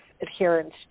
adherence